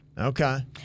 Okay